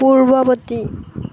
পূৰ্বৱৰ্তী